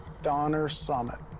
donner summit.